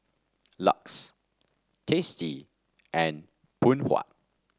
Lux Tasty and Phoon Huat